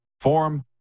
Form